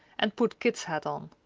and put kit's hat on.